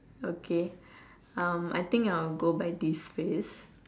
okay um I think I'll go by this phrase